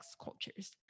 cultures